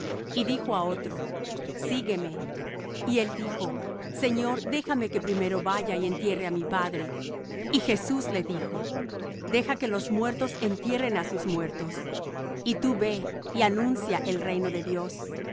y dijo á otro sígueme y él dijo señor déjame que primero vaya y entierre á mi padre y jesús le dijo deja los muertos que entierren á sus muertos y tú ve y anuncia el reino de dios